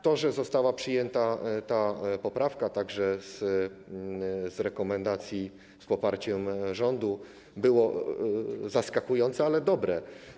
To, że została przyjęta ta poprawka, także z rekomendacji, z poparciem rządu, było zaskakujące, ale dobre.